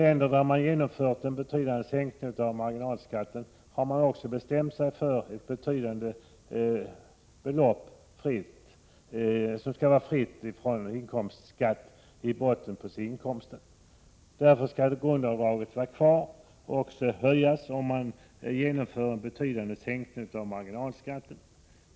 Tländer där man har genomfört en betydande sänkning av marginalskatten har man också bestämt sig för ett betydande fritt belopp i botten av inkomsten. Därför skall grundavdraget vara kvar och också höjas, om man genomför en betydande sänkning av marginalskatten.